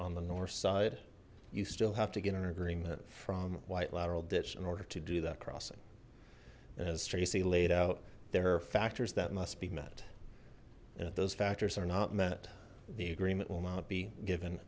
on the north side you still have to get an agreement from white lateral ditch in order to do that crossing and as tracy laid out there are factors that must be met those factors are not met the agreement will not be given